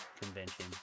convention